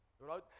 Right